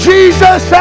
Jesus